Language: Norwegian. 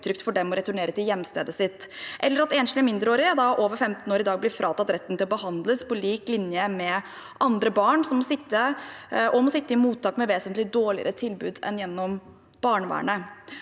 for dem å returnere til hjemstedet sitt, eller enslige mindreårige over 15 år som i dag blir fratatt retten til å behandles på lik linje med andre barn, og som må sitte i mottak med et vesentlig dårligere tilbud enn det som gis gjennom barnevernet.